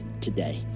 today